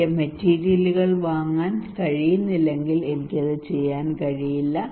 എനിക്ക് മെറ്റീരിയലുകൾ വാങ്ങാൻ കഴിയുന്നില്ലെങ്കിൽ എനിക്ക് അത് ചെയ്യാൻ കഴിയില്ല